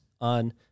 on